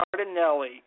Cardinelli